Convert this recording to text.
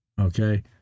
Okay